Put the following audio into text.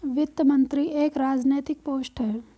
वित्त मंत्री एक राजनैतिक पोस्ट है